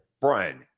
Brian